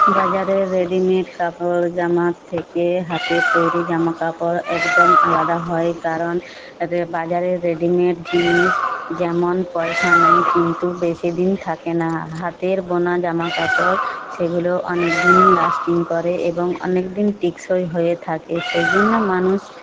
বাজারের রেডিমেড কাপড় জামার থেকে হাতের তৈরি জামা কাপড় একদম আলাদা হয় কারণ বাজারের রেডিমেড জিনিস যেমন পয়সা নেয় কিন্তু বেশি দিন থাকে না হাতের বোনা জামা কাপড় সেগুলো অনেক দিন লাস্টিং করে এবং অনেক দিন টেকসই হয়ে থাকে সেই জন্য মানুষ